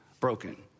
Broken